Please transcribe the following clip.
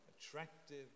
attractive